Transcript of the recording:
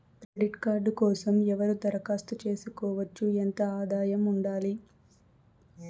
Credit card కోసం ఎవరు దరఖాస్తు చేసుకోవచ్చు? ఎంత ఆదాయం ఉండాలి?